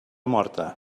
morta